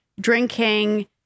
drinking